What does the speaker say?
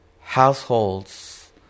households